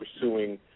pursuing